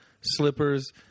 slippers